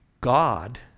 god